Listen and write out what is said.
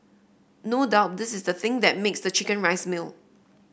no doubt this is the thing that makes the chicken rice meal